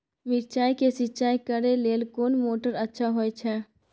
मिर्चाय के सिंचाई करे लेल कोन मोटर अच्छा होय छै?